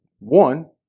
One